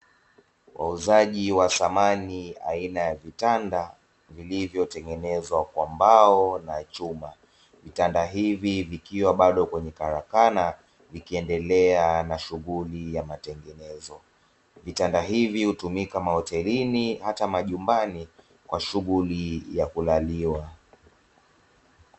Wauzaji wa samani aina ya vitanda vilivyotengenezwa kwa mbao na chuma, vitanda hivi vikiwa bado kwenye karakana vikiendelea na shughuli ya matengenezo, vitanda hivi hutumika mahotelini hata majumbani kwa shughuli ya kulaliwa.